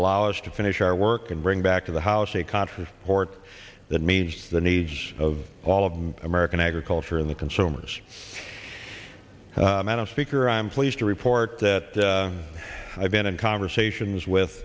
allow us to finish our work and bring back to the house the conference hort that means the needs of all of them american agriculture in the consumer's madam speaker i'm pleased to report that i've been in conversations with